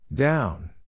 Down